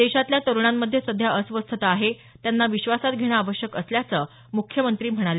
देशातल्या तरूणांमधे सध्या अस्वस्थता आहे त्यांना विश्वासात घेणं आवश्यक असल्याचं मुख्यमंत्री म्हणाले